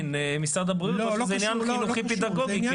או משרד הבריאות או שזה עניין חינוכי פדגוגי?